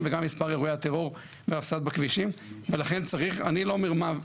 27 ביוני 2023. אני רוצה לפתוח בכמה מילים.